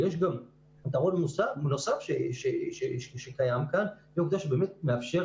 יש גם פתרון נוסף שקיים כאן והוא העובדה שזה באמת מאפשר